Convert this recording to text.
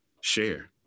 share